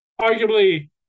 Arguably